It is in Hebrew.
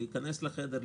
להיכנס לחדר,